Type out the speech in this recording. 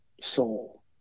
soul